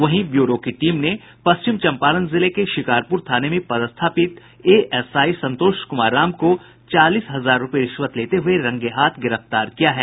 वहीं ब्यूरो की टीम ने पश्चिम चंपारण जिले के शिकारपुर थाने में पदस्थापित एएसआई संतोष कुमार राम को चालीस हजार रूपये रिश्वत लेते हुए रंगे हाथ गिरफ्तार किया है